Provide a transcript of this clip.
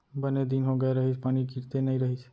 बने दिन हो गए रहिस, पानी गिरते नइ रहिस